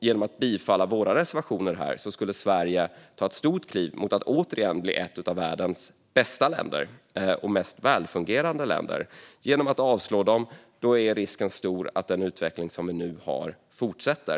Genom bifall till våra reservationer här skulle Sverige ta ett stort kliv mot att återigen bli ett av världens bästa och mest välfungerande länder. Om våra reservationer avslås är risken stor att den utveckling som vi nu har fortsätter.